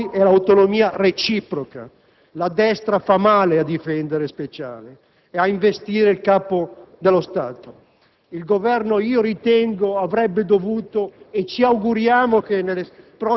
quando c'è stata la festa del corpo della Guardia di finanza perché aveva saputo che il vice ministro Visco avevo avuto l'incarico per il discorso ufficiale? Con quale autorità